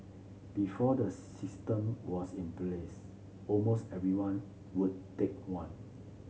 before the system was in place almost everyone would take one